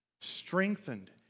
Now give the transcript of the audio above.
strengthened